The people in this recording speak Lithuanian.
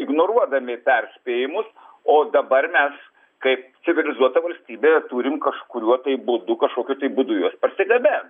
ignoruodami perspėjimus o dabar mes kaip civilizuota valstybė turim kažkuriuo tai būdu kažkokiu tai būdu juos parsigabent